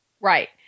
Right